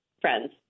friends